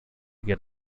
get